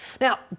Now